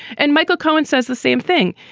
and michael cohen says the same thing.